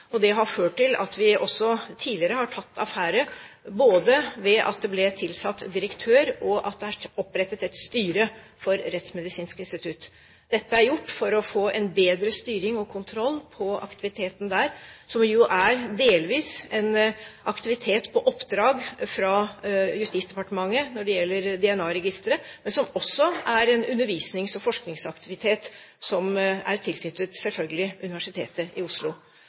og det har ført til at vi også tidligere har tatt affære både ved at det ble tilsatt direktør, og at det er opprettet et styre for Rettsmedisinsk institutt. Dette er gjort for å få bedre styring på og kontroll med aktiviteten der, som jo er delvis en aktivitet på oppdrag fra Justisdepartementet når det gjelder DNA-registeret, men som også er en undervisnings- og forskningsaktivitet som er tilknyttet, selvfølgelig, Universitetet i Oslo.